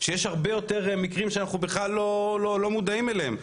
שיש עוד הרבה יותר מקרים שאנחנו בכלל לא מודעים אליהם,